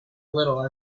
little